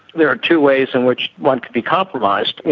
there are two ways in which one could be compromised.